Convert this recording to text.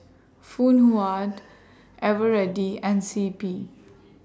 Phoon Huat Eveready and C P